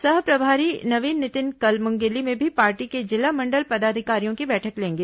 सह प्रभारी नवीन नितिन कल मुंगेली में भी पार्टी के जिला मंडल पदाधिकारियों की बैठक लेंगे